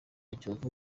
kiyovu